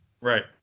Right